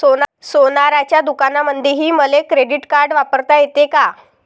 सोनाराच्या दुकानामंधीही मले क्रेडिट कार्ड वापरता येते का?